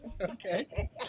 okay